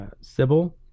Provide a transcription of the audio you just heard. Sybil